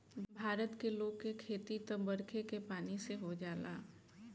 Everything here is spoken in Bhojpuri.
भारत के लोग के खेती त बरखे के पानी से हो जाला